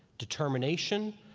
determination,